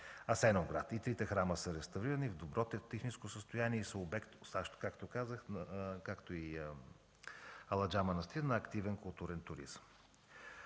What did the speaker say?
Асеновград. И трите храма са реставрирани, в добро техническо състояние и са обект, както казах, както и „Аладжа манастир”, на активен културен туризъм.